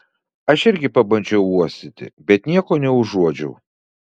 aš irgi pabandžiau uostyti bet nieko neužuodžiau